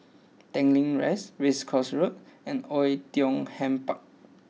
Tanglin Rise Race Course Road and Oei Tiong Ham Park